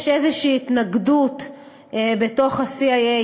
יש איזו התנגדות בתוך ה-CIA,